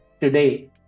today